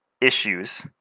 issues